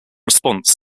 response